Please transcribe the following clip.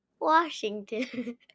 Washington